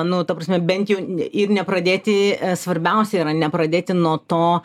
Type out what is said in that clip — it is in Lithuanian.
nu ta prasme bent jau ir nepradėti svarbiausia yra nepradėti nuo to